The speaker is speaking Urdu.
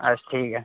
اچھا ٹھیک ہے